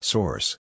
Source